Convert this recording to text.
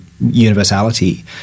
Universality